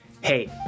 Hey